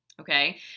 Okay